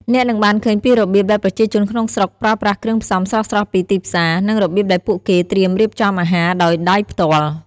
អ្នកនឹងបានឃើញពីរបៀបដែលប្រជាជនក្នុងស្រុកប្រើប្រាស់គ្រឿងផ្សំស្រស់ៗពីទីផ្សារ និងរបៀបដែលពួកគេត្រៀមរៀបចំអាហារដោយដៃផ្ទាល់។